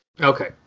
okay